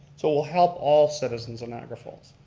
so we'll help all citizens of niagara falls.